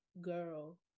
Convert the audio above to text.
girl